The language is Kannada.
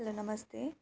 ಹಲೋ ನಮಸ್ತೆ